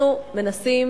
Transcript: אנחנו מנסים